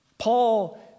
Paul